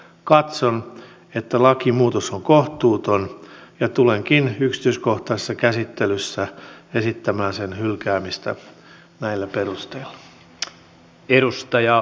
katson että lakimuutos on kohtuuton ja tulenkin yksityiskohtaisessa käsittelyssä esittämään sen hylkäämistä näillä perusteilla